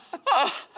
and